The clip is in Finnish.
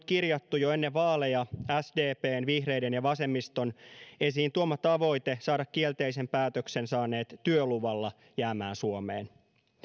kirjattu jo ennen vaaleja sdpn vihreiden ja vasemmiston esiin tuoma tavoite saada kielteisen päätöksen saaneet työluvalla jäämään suomeen